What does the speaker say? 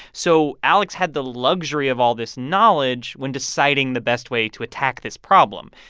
so alex had the luxury of all this knowledge when deciding the best way to attack this problem.